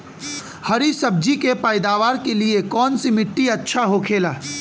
हरी सब्जी के पैदावार के लिए कौन सी मिट्टी अच्छा होखेला?